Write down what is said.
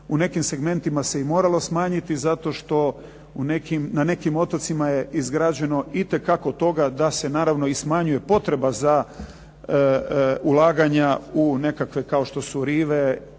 u nekim segmentima se i moralo smanjiti zato što na nekim otocima je izgrađeno itekako toga da se naravno i smanjuje potreba za ulaganja u nekakve kao što su rive,